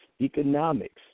economics